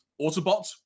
Autobots